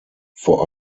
vor